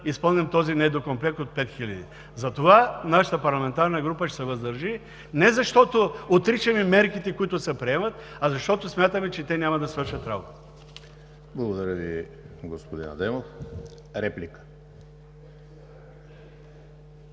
изпълним този недокомплект от пет хиляди. Затова нашата парламентарна група ще се въздържи, не защото отричаме мерките, които се приемат, а защото смятаме, че те няма да свършат работа. ПРЕДСЕДАТЕЛ ЕМИЛ ХРИСТОВ: Благодаря Ви, господин Адемов. Реплика?